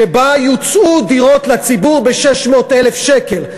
שבה יוצעו לציבור דירות ב-600,000 שקל,